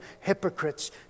hypocrites